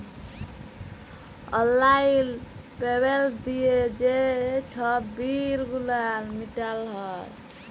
অললাইল পেমেল্ট দিঁয়ে যে ছব বিল গুলান মিটাল হ্যয়